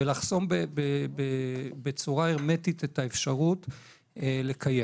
ולחסום בצורה הרמטית את האפשרות לקיים.